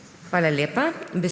Hvala lepa.